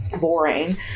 boring